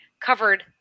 covered